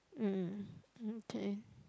mm okay